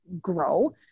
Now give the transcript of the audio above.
grow